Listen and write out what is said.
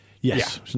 Yes